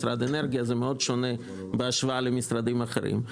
משרד אנרגיה זה מאוד שונה בהשוואה למשרדים אחרים,